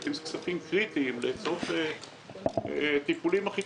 לפעמים אלה כספים קריטיים לצורך הטיפולים הכי